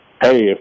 hey